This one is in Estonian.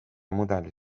mudeli